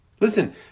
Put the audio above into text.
Listen